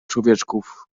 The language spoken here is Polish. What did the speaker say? człowieczków